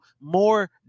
more